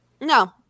No